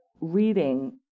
reading